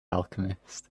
alchemist